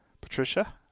Patricia